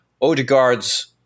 Odegaard's